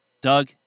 Doug